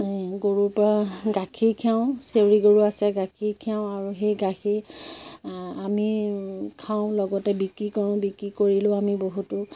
গৰুৰ পৰা গাখীৰ খীৰাও চেউৰী গৰু আছে গাখীৰ খীৰাও আৰু সেই গাখীৰ আমি খাওঁ লগতে বিক্ৰী কৰোঁ বিক্ৰী কৰিলেও আমি বহুতো